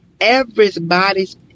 Everybody's